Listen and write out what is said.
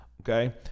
Okay